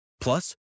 Plus